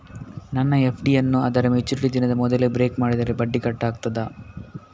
ನನ್ನ ಎಫ್.ಡಿ ಯನ್ನೂ ಅದರ ಮೆಚುರಿಟಿ ದಿನದ ಮೊದಲೇ ಬ್ರೇಕ್ ಮಾಡಿದರೆ ಬಡ್ಡಿ ಕಟ್ ಆಗ್ತದಾ?